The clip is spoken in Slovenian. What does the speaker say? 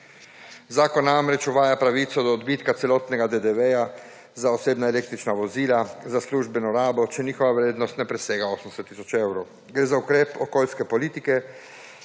Zakon namreč uvaja pravico do odbitka celotnega DDV-ja za osebna električna vozila za službeno rabo, če njihova vrednost ne presega 80 tisoč evrov. Gre za ukrep okoljske politike,